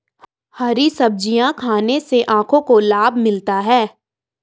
हरी सब्जियाँ खाने से आँखों को लाभ मिलता है